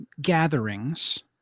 gatherings